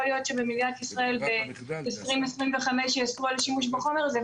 יכול להיות שבמדינת ישראל ב-2025 יאסרו על השימוש בחומר הזה.